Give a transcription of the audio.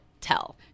tell